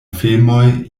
filmoj